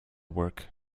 work